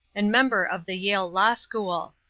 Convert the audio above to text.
and member of the yale law school.